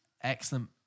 excellent